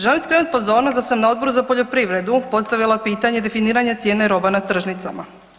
Želim skrenuti pozornost da sam na Odboru za poljoprivredu postavila pitanje definiranje cijene roba na tržnicama.